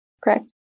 Correct